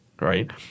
right